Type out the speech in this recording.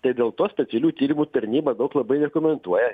tai dėl to specialiųjų tyrimų tarnyba daug labai nekomentuoja